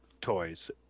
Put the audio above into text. toys